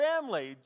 family